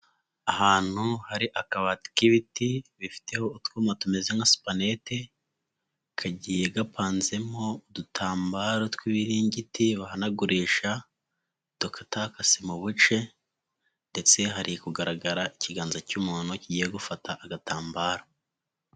Ahantu hari akabati k'ibiti, bifiteho utwuma tumeze nka supanete, kagiye gapanzemo udutambaro tw'ibibirigiti bahanagurisha, dokatakase mu buce ndetse hari kugaragara ikiganza cy'umuntu kigiye gufata agatambaro.